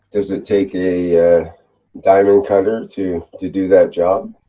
does it take a diamond cutter, to. to do that job?